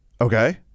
Okay